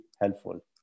helpful